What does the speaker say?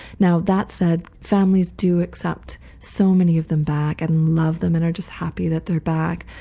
now that said, families do accept so many of them back and love them and are just happy that they're back,